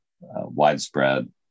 widespread